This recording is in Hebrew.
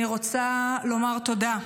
אני רוצה לומר תודה,